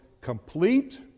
complete